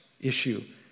issue